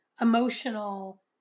emotional